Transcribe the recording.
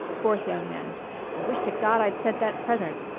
fourth young man i wish to god i'd sent that present.